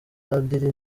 padiri